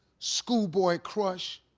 school boy crush,